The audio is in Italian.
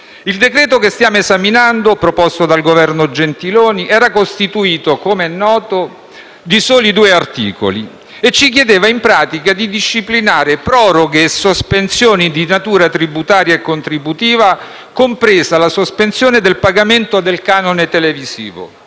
Il decreto-legge che stiamo esaminando, proposto dal Governo Gentiloni Silveri, era costituito, come è noto, di soli due articoli e ci chiedeva, in pratica, di disciplinare proroghe e sospensioni di natura tributaria e contributiva, compresa la sospensione del pagamento del canone televisivo.